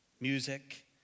music